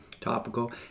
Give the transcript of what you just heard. topical